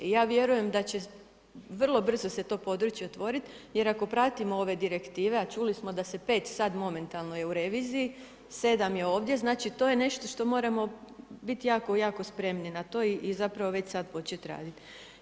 I ja vjerujem da će, vrlo brzo se to područje otvoriti, jer ako pratimo ove direktive, a čuli smo da se 5 sada momentalno u reviziji, 7 je ovdje, znači to je nešto što moramo biti jako jako spremni na to i zapravo već sada početi raditi.